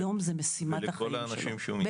היום זה משימת החיים שלו.